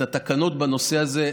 את התקנות בנושא הזה,